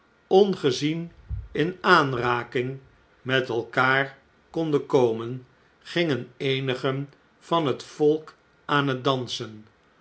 ongezien in aanraking met elkaar konden komen gingen eenigen van het volk aan het dansen